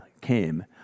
came